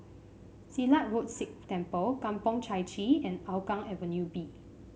Silat Road Sikh Temple Kampong Chai Chee and Hougang Avenue B